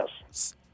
Yes